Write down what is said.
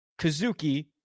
Kazuki